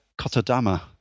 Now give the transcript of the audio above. Kotodama